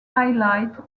highlight